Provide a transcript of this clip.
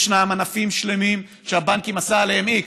יש ענפים שלמים שהבנקים עשו עליהם איקס,